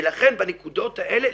ולכן בנקודות האלה,